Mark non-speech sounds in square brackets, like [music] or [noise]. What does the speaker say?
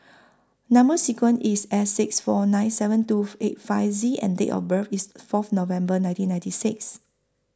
Number sequence IS S six four nine seven two [noise] eight five Z and Date of birth IS Fourth November nineteen ninety six